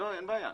אין בעיה.